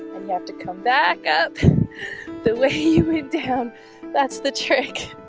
and you have to come back up the way you would down that's the trick